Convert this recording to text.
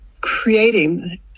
creating